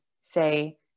say